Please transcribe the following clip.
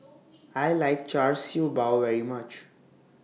I like Char Siew Bao very much